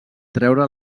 treure